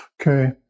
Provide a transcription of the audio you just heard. Okay